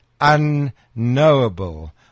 unknowable